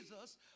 Jesus